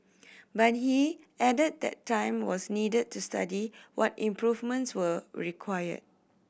but he added that time was needed to study what improvements were required